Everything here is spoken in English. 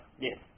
Yes